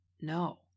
No